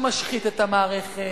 שמשחית את המערכת,